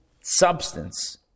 substance